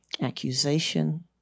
Accusation